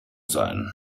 sein